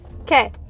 okay